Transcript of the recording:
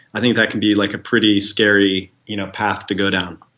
i think that can be like a pretty scary you know path to go down